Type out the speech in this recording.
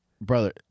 Brother